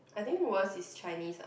I think worst is Chinese ah